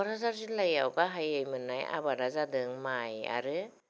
क'क्राझार जिल्लायाव गाहायै मोननाय आबादा जादों माइ आरो